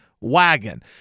wagon